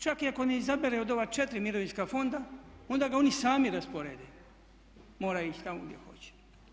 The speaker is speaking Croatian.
Čak i ako ne izabere od ova četiri mirovinska fonda onda ga oni sami rasporede, mora ići tamo gdje hoće.